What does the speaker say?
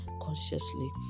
consciously